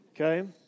Okay